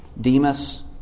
Demas